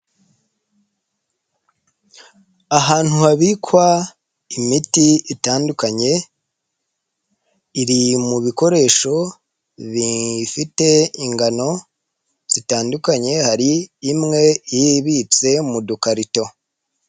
Ahantu habikwa imiti itandukanye iri mu bikoresho bifite ingano zitandukanye, hari imwe ibitse mu dukarito.